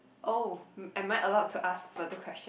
oh am I allowed to ask further question